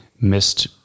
missed